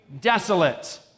desolate